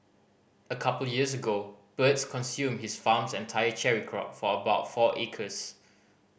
a couple years ago birds consumed his farm's entire cherry crop for about four acres